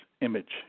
image